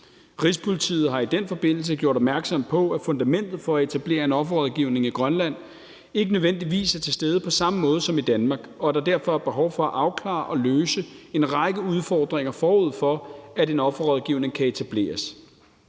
Rigspolitiet har i den forbindelse gjort opmærksom på, at fundamentet for at etablere en offerrådgivning i Grønland ikke nødvendigvis er til stede på samme måde som i Danmark, og at der derfor er behov for at afklare og løse en række udfordringer, forud for at en offerrådgivning kan etableres.